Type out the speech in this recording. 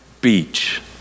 beach